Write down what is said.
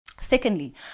Secondly